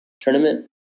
Tournament